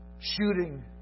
shooting